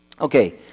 Okay